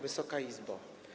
Wysoka Izbo!